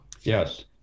Yes